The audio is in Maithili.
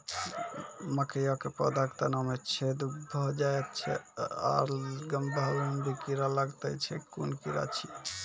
मकयक पौधा के तना मे छेद भो जायत छै आर गभ्भा मे भी कीड़ा लागतै छै कून कीड़ा छियै?